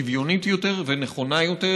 שוויונית יותר ונכונה יותר,